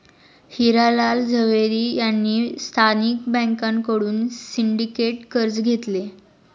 हिरा लाल झवेरी यांनी स्थानिक बँकांकडून सिंडिकेट कर्ज घेतले